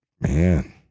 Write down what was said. man